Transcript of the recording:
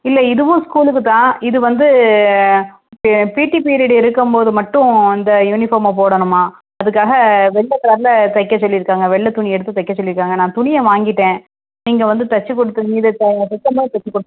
இல்லை இதுவும் ஸ்கூலுக்கு தான் இது வந்து பி பீடி பீரியட் இருக்கும் போது மட்டும் அந்த யூனிஃபார்மை போடணுமா அதுக்காக வெள்ளை கலரில் தைக்க சொல்லிருக்காங்க வெள்ளை துணி எடுத்து தைக்க சொல்லி இருக்காங்க நான் துணியை வாங்கிவிட்டேன் நீங்கள் வந்து தச்சு கொடுத்துருவீங்க இதை த தச்சவொன்னே தச்சு கு